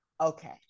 okay